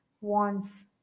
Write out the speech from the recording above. wants